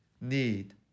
need